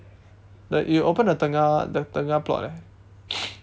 the you open the tengah one the tengah plot eh